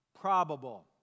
probable